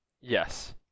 Yes